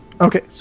Okay